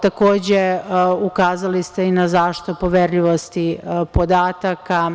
Takođe, ukazali ste i na zaštitu poverljivosti podataka.